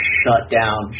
shut-down